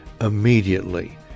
immediately